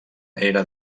era